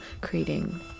creating